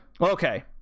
okay